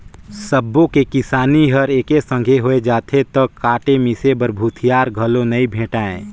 सबो के किसानी हर एके संघे होय जाथे त काटे मिसे बर भूथिहार घलो नइ भेंटाय